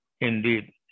indeed